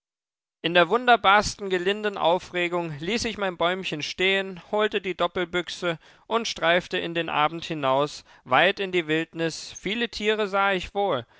in der wunderbarsten gelinden aufregung ließ ich mein bäumchen stehen holte die doppelbüchse und streifte in den abend hinaus weit in die wildnis viele tiere sah ich wohl